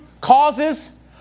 causes